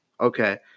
Okay